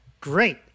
Great